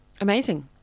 Amazing